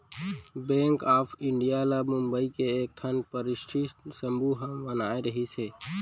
bank of India ल बंबई के एकठन परस्ठित समूह ह बनाए रिहिस हे